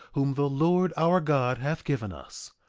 whom the lord our god hath given us.